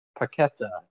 Paqueta